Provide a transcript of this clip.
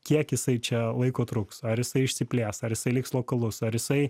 kiek jisai čia laiko truks ar jisai išsiplės ar jisai liks lokalus ar jisai